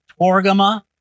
Torgama